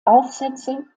aufsätze